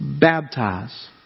baptize